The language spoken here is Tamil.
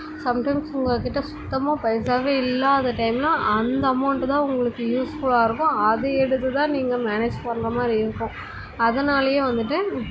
சம் டைம்ஸ் உங்கள் கிட்டே சுத்தமாக பைசாவே இல்லாத டைமில் அந்த அமௌண்டு தான் உங்களுக்கு யூஸ்ஃபுல்லாக இருக்கும் அது எடுத்துதான் நீங்கள் மேனேஜ் பண்ணுற மாதிரி இருக்கும் அதனாலேயே வந்துட்டு